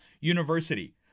University